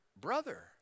brother